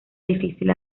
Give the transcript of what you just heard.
difícil